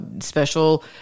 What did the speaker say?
special